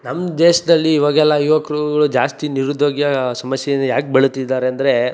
ನಮ್ಮ ದೇಶದಲ್ಲಿ ಇವಾಗೆಲ್ಲ ಯುವಕರುಗಳು ಜಾಸ್ತಿ ನಿರುದ್ಯೋಗಿಯ ಸಮಸ್ಯೆಯಿಂದ ಯಾಕೆ ಬಳಲ್ತಿದಾರೆ ಅಂದರೆ